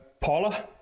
Paula